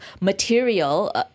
material